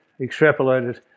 extrapolated